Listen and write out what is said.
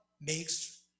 makes